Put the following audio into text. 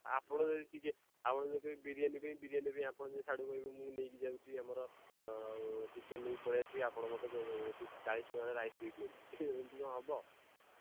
ଆପଣ ଯଦି କହିବେ ଆପଣ ଯଦି କହିବେ ବିରିୟାନୀ ପାଇଁ ବିରିୟାନୀ ପାଇଁ ଆପଣ ଯଦି ସେଆଡ଼ୁ କହିବେ ମୁଁ ନେଇକି ଯାଉଛି ଆମର ଆଉ ଚିକେନ୍ ନେଇକି ପଳେଇ ଆସିବି ଆପଣ ମୋତେ ସେଇଠି ଚାଳିଶ ଟଙ୍କାରେ ରାଇସ୍ ଦେଇ ଦିଅନ୍ତୁ ଏମିତି କ'ଣ ହେବ